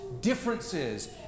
differences